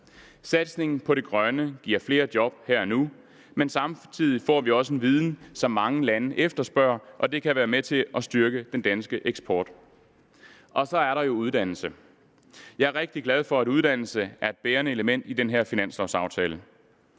Satsningen på det grønne giver flere job her og nu, men samtidig får vi også en viden, som mange lande efterspørger, og det kan være med til at styrke den danske eksport. Så er der jo uddannelsesområdet. Jeg er rigtig glad for, at uddannelse er et bærende element i den her finanslovaftale,